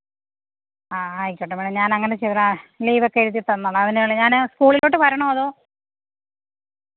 ആ ആയിക്കോട്ടെ മേടം ഞാനങ്ങനെ ചെയ്തോളാം ലീവൊക്കെ എഴുതി തന്നോളാം അതിനുള്ള ഞാന് സ്കൂളിലോട്ട് വരണോ അതോ